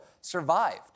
survived